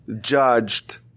judged